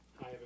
Hi